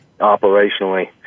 operationally